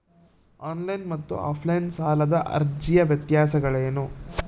On line ಮತ್ತು offline ಸಾಲದ ಅರ್ಜಿಯ ವ್ಯತ್ಯಾಸಗಳೇನು?